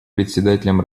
председателям